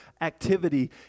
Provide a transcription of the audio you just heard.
activity